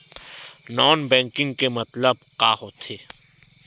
Non banking के मतलब का होथे?